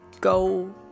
go